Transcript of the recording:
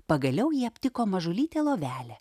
pagaliau ji aptiko mažulytę lovelę